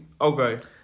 Okay